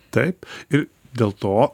taip ir dėl to